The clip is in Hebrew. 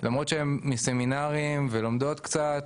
למרות שהן מסמינרים ולומדות קצת,